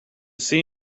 see